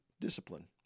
discipline